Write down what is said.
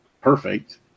perfect